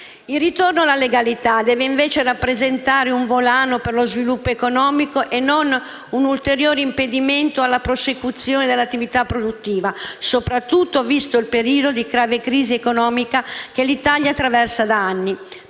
Il ritorno alla legalità deve invece rappresentare un volano per lo sviluppo economico e non un ulteriore impedimento alla prosecuzione dell'attività produttiva, soprattutto visto il periodo di grave crisi economica che l'Italia attraversa da anni.